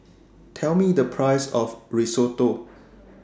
Tell Me The Price of Risotto